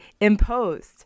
imposed